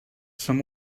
som